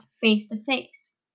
face-to-face